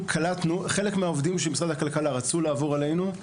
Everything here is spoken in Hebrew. חלק מהעובדים של משרד הכלכלה רצו לעבור אלינו.